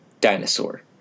Dinosaur